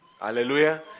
Hallelujah